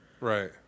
Right